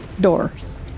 doors